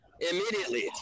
immediately